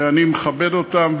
ואני מכבד אותן,